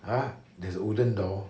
ah there's a wooden door